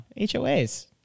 HOAs